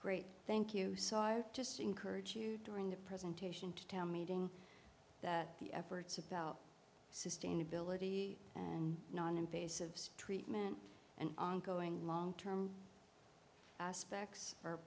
great thank you so i just encourage you during the presentation to tell meeting that the efforts of sustainability and noninvasive treatment and ongoing long term prospects are